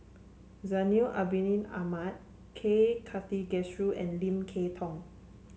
Zainal Abidin Ahmad K Karthigesu and Lim Kay Tong